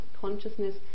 consciousness